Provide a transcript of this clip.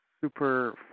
super